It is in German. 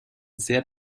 sehr